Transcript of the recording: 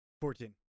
Fourteen